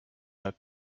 that